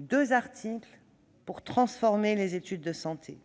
deux articles pour transformer les études de santé,